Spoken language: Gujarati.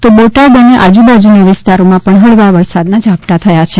તો બોટાદ અને આજુબાજુના વિસ્તારોમાં પણ હળવા વરસાદના ઝાપટા થયા છે